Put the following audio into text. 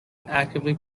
actively